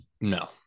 No